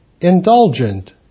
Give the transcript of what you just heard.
indulgent